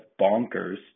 bonkers